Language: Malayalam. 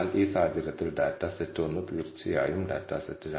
ഈ പരിശോധന നടത്താൻ മറ്റ് വഴികളുണ്ട്